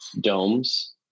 domes